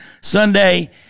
Sunday